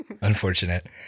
Unfortunate